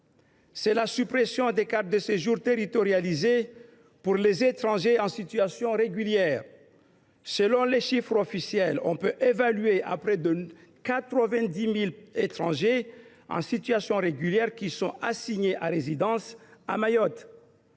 : la suppression des cartes de séjour territorialisées pour les étrangers en situation régulière. Selon les chiffres officiels, près de 90 000 étrangers en situation régulière sont assignés à résidence à Mayotte.